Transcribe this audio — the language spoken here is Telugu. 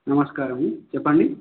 నమస్కారం చెప్పండి